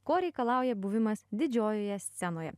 ko reikalauja buvimas didžiojoje scenoje